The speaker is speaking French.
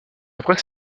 après